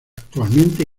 actualmente